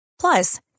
Plus